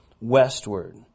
westward